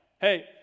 hey